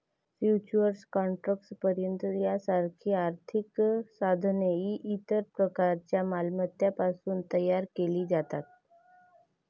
futures contracts, पर्याय यासारखी आर्थिक साधने, जी इतर प्रकारच्या मालमत्तांपासून तयार केली जातात